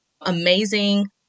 amazing